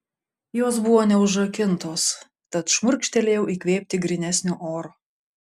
jos buvo neužrakintos tad šmurkštelėjau įkvėpti grynesnio oro